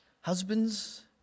Husbands